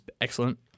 excellent